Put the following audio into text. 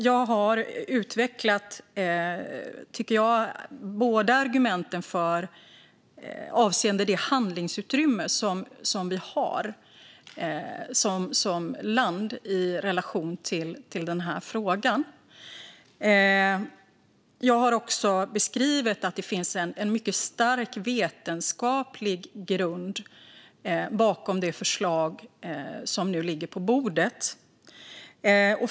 Jag har utvecklat, tycker jag, argumenten avseende det handlingsutrymme som vi har som land i relation till denna fråga. Jag har också beskrivit att det finns en mycket stark vetenskaplig grund bakom det förslag som nu ligger på bordet.